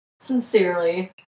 Sincerely